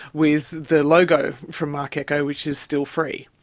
with the logo for marc ecko, which is still free.